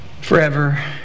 Forever